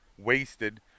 wasted